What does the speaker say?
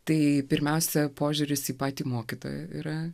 tai pirmiausia požiūris į patį mokytoją yra